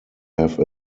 have